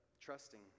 trusting